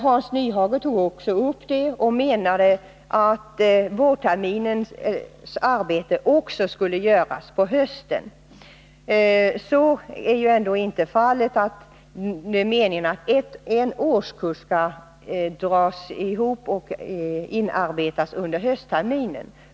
Hans Nyhage tog också upp detta och tycktes mena att även vårterminens arbete skulle göras på hösten. Men avsikten är naturligtvis inte att hela årskursen skall arbetas in under höstterminen.